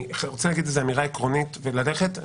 אני רוצה להגיד אמירה עקרונית וללכת.